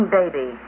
baby